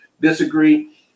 disagree